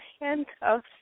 handcuffs